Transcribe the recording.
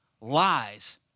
Lies